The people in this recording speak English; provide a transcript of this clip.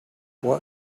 what